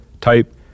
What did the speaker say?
type